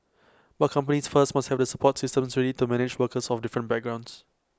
but companies first must have the support systems ready to manage workers of different backgrounds